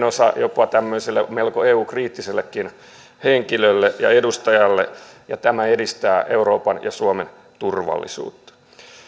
myönteinen osa jopa tämmöiselle melko eu kriittisellekin henkilölle ja edustajalle ja tämä edistää euroopan ja suomen turvallisuutta